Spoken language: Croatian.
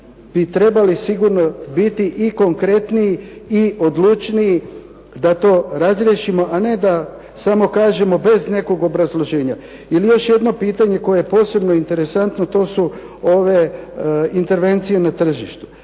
bi trebali sigurno biti i konkretniji i odlučniji da to razriješimo, a ne da samo kažemo bez nekog obrazloženja. Ili još jedno pitanje koje je posebno interesantno. To su ove intervencije na tržištu.